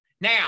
Now